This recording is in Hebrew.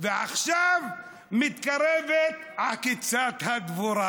ועכשיו מתקרבת עקיצת הדבורה,